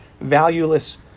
valueless